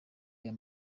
aya